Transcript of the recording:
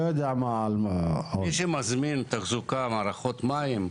מי שמזמין תחזוקה, מערכות מים,